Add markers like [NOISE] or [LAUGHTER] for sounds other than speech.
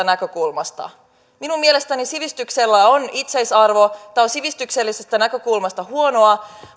[UNINTELLIGIBLE] näkökulmasta minun mielestäni sivistyksellä on itseisarvo tämä on sivistyksellisestä näkökulmasta huonoa